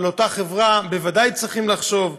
אבל לאותה חברה, בוודאי צריך לחשוב.